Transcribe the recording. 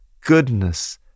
Goodness